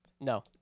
No